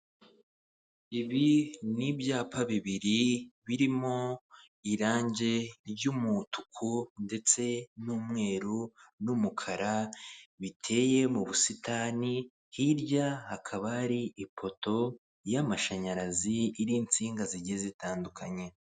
Ibi ni ibyapa bibiri birimo irange ry'umutuku ndetse n'umweru n'umukara biteye mu busitani, hirya hakaba hari ipoto y'amashanyarazi iriho insinga zigiye zitandukanye.